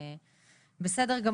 בסדר,